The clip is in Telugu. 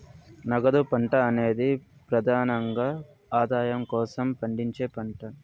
నగదు పంట అనేది ప్రెదానంగా ఆదాయం కోసం పండించే పంట